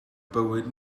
bywyd